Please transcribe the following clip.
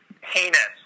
heinous